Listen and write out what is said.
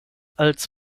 als